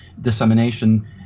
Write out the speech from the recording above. dissemination